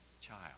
child